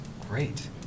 Great